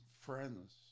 friends